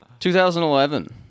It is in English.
2011